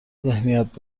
ذهنیت